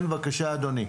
כן בבקשה אדוני,